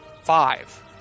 Five